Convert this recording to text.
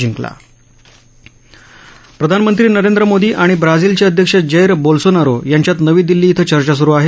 जिंकला प्रधानमंत्री नरेंद्र मोदी आणि ब्राझीलचे अध्यक्ष जैर बोल्सोनारो यांच्यात नवी दिल्ली इथं चर्चा स्रु आहे